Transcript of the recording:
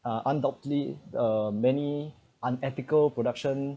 uh undoubtedly uh many unethical production